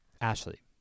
Ashley